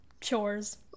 Chores